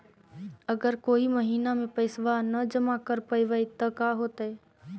अगर कोई महिना मे पैसबा न जमा कर पईबै त का होतै?